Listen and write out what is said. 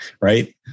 right